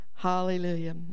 Hallelujah